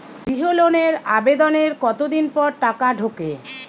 গৃহ লোনের আবেদনের কতদিন পর টাকা ঢোকে?